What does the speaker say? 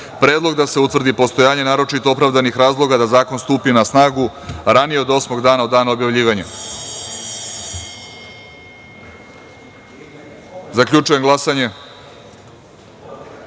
Predlog da se utvrdi postojanje naročito opravdanih razloga da zakon stupi na snagu ranije od osmog dana od dana objavljivanja. Zaključujem glasanje